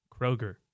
Kroger